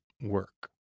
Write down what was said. work